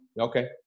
Okay